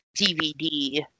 DVD